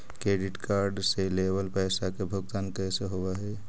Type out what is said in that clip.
Credit card से लेवल पैसा के भुगतान कैसे होव हइ?